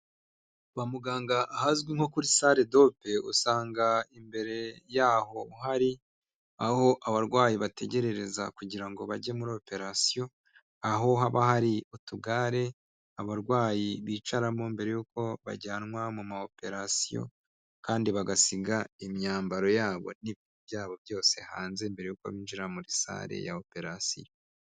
Kwa muganga ahazwi nko kuri sare dope, usanga imbere yaho hari aho abarwayi bategerereza kugira ngo bajye muri operasiyo, aho haba hari utugare abarwayi bicaramo mbere y'uko bajyanwa mu mawoperasiyo kandi bagasiga imyambaro yabo n'ibyabo byose hanze, mbere y'uko binjira muri sare ya operasiyo.